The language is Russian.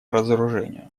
разоружению